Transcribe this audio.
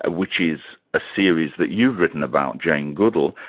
ah which is a series that you've written about, jane goodall,